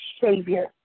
Savior